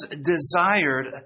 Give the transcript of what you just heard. desired